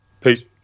Peace